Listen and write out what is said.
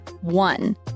one